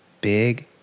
Big